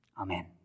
Amen